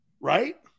Right